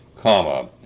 comma